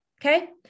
okay